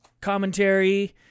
commentary